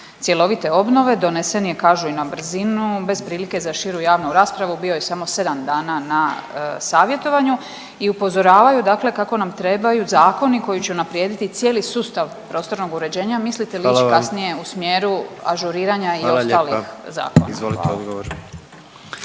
cjelovite obnove, donesen je kažu i na brzinu bez prilike za širu javnu raspravu bio je samo sedam dana na savjetovanju. I upozoravaju kako nam trebaju zakoni koji će unaprijediti cijeli sustav prostornog uređenja. Mislite li ić …/Upadica predsjednik: Hvala vam./… kasnije u smjeru